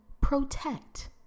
protect